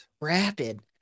Rapid